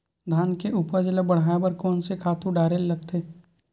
धान के उपज ल बढ़ाये बर कोन से खातु डारेल लगथे?